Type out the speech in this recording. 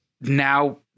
now